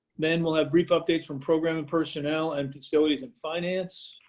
then we'll have brief updates from programming personnel and facilities and finance.